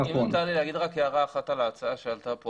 הערה לגבי ההצעה שעלתה כאן.